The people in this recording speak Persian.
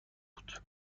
بود